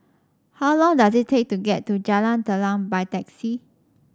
how long does it take to get to Jalan Telang by taxi